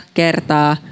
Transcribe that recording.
kertaa